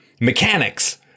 mechanics